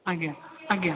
ଆଜ୍ଞା ଆଜ୍ଞା